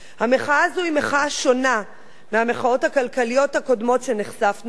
המחאה הזאת היא מחאה שונה מהמחאות הכלכליות הקודמות שנחשפנו אליהן.